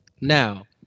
Now